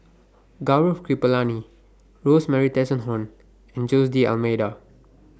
Gaurav Kripalani Rosemary Tessensohn and Jose D'almeida